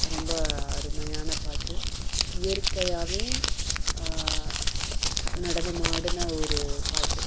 ரொம்ப அருமையான பாட்டு இயற்கையாகவே நடனம் ஆடின ஒரு பாட்டு